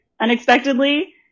unexpectedly